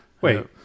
Wait